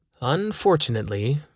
Unfortunately